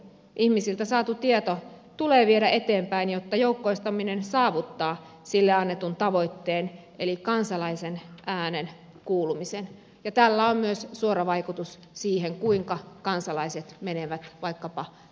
ihmisiltä saatu tieto tulee viedä eteenpäin jotta joukkoistaminen saavuttaa sille annetun tavoitteen eli kansalaisen äänen kuulumisen ja tällä on myös suora vaikutus siihen kuinka kansalaiset menevät vaikkapa äänestysuurnille